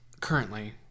currently